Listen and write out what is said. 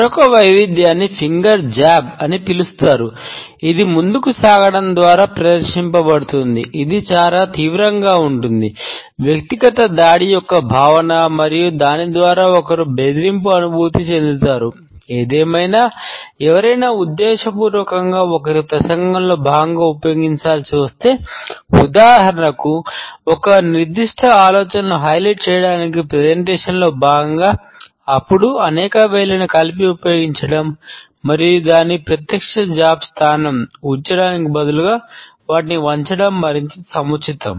మరొక వైవిధ్యాన్ని finger jab ఉంచడానికి బదులుగా వాటిని వంచడం మరింత సముచితం